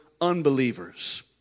unbelievers